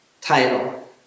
title